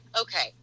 okay